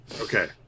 Okay